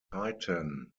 titan